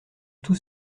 tout